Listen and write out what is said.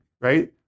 right